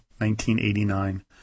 1989